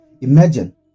Imagine